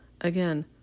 again